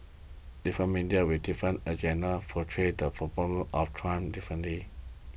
different media with different agendas portray the performance of Trump differently